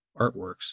artworks